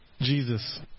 Jesus